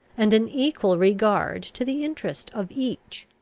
and an equal regard to the interest of each?